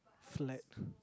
flat